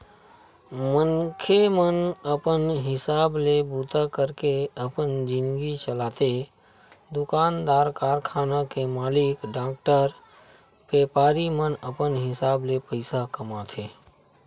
मनखे मन अपन हिसाब ले बूता करके अपन जिनगी चलाथे दुकानदार, कारखाना के मालिक, डॉक्टर, बेपारी मन अपन हिसाब ले पइसा कमाथे